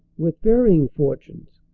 with varying fortunes,